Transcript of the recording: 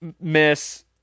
miss